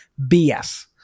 BS